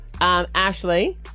Ashley